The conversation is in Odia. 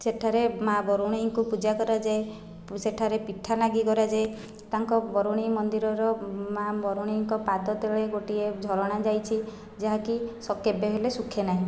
ସେଠାରେ ମା' ବରୁଣେଇଙ୍କୁ ପୂଜା କରାଯାଏ ସେଠାରେ ପିଠା ନାଗି କରାଯାଏ ତାଙ୍କ ବରୁଣେଇ ମନ୍ଦିରର ମା' ବରୁଣେଇଙ୍କ ପାଦତଳେ ଗୋଟିଏ ଝରଣା ଯାଇଛି ଯାହାକି ସ କେବେ ହେଲେ ସୁଖେ ନାହିଁ